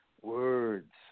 words